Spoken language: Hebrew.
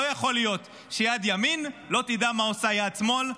לא יכול להיות שיד ימין לא תדע מה עושה יד שמאל.